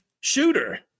shooter